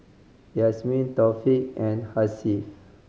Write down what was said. Yasmin Taufik and Hasif